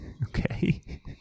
Okay